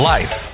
Life